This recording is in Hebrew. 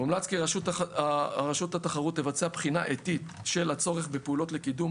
מומלץ כי רשות התחרות תבצע בחינה עתית של הצורך בפעולות לקידום